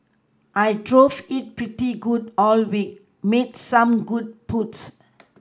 I drove it pretty good all week made some good putts